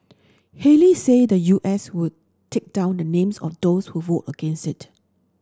Haley said the U S would take down the names of those who vote against it